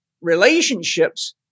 relationships